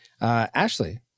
Ashley